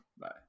Bye